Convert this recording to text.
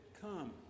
Come